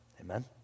Amen